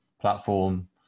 platform